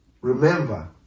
remember